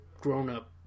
grown-up